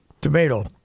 Tomato